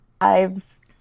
lives